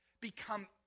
become